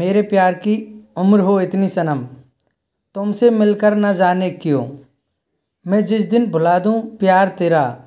मेरे प्यार की उम्र हो इतनी सनम तुमसे मिल कर न जाने क्यों मैं जिस दिन भुला दूँ प्यार तेरा